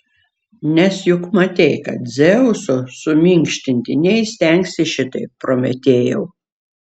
nes juk matei kad dzeuso suminkštinti neįstengsi šitaip prometėjau